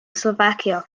slovakia